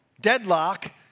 deadlock